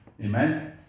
amen